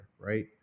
right